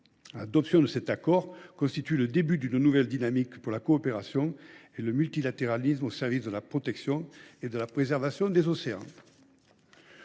L’adoption de cet accord constitue le début d’une nouvelle dynamique pour la coopération et le multilatéralisme au service de la protection et de la préservation des océans.